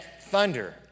thunder